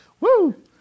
Woo